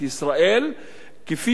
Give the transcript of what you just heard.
כפי שאמר קודמי,